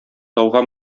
тауга